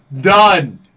Done